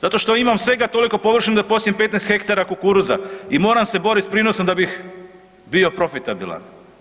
Zato što imam svega toliko površine da posijem 15 ha kukuruza i moram se boriti s prinosom da bih bio profitabilan.